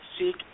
seek